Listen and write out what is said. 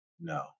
No